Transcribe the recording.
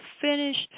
finished